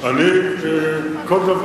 קודם כול,